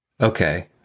Okay